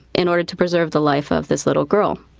in order to preserve the life of this little girl.